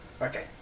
Okay